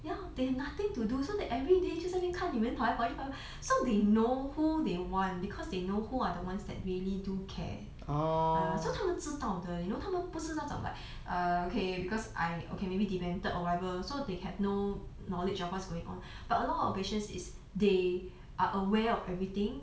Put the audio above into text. ya so they have nothing to do so they every day just 在那边看你们跑来跑去 so they know who they want because they know who are the ones that really do care ah 他们知道的 you know 他们不是那种 like err okay because I okay maybe demented or whatever so they have no knowledge of what's going on but a lot of patients is they are aware of everything